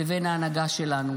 לבין ההנהגה שלנו.